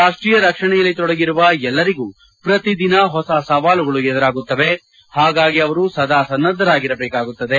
ರಾಷ್ಟೀಯ ರಕ್ಷಣೆಯಲ್ಲಿ ತೊಡಗಿರುವ ಎಲ್ಲರಿಗೂ ಪ್ರತಿದಿನ ಹೊಸ ಸವಾಲುಗಳು ಎದುರಾಗುತ್ತವೆ ಹಾಗಾಗಿ ಅವರು ಸದಾ ಸನ್ನದ್ದರಾಗಿರಬೇಕಾಗುತ್ತದೆ